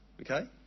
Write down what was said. Okay